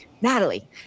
Natalie